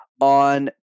on